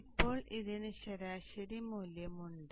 ഇപ്പോൾ ഇതിന് ശരാശരി മൂല്യമുണ്ട്